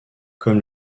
comme